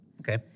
Okay